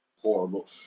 horrible